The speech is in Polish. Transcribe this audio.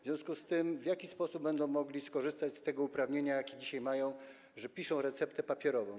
W związku z tym w jaki sposób będą mogli skorzystać z tego uprawnienia, jakie dzisiaj mają, że piszą receptę papierową?